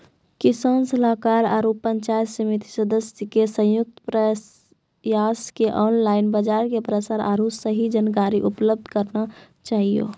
किसान सलाहाकार आरु पंचायत समिति सदस्य के संयुक्त प्रयास से ऑनलाइन बाजार के प्रसार आरु सही जानकारी उपलब्ध करना चाहियो?